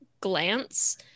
glance